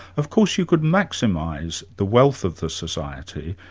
of course you could maximise the wealth of the society,